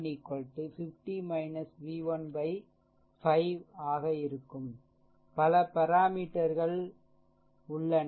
எனவேI1 50 v1 5 ஆக இருக்கும் பல பராமீட்டர்கள் உள்ளன